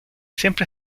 siempre